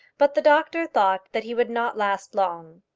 but the doctor thought that he would not last long.